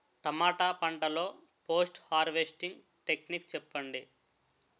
టమాటా పంట లొ post harvesting techniques చెప్పండి?